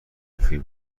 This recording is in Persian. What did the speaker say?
فیلم